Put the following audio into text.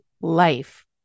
life